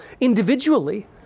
individually